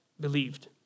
believed